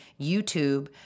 YouTube